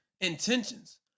intentions